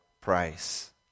price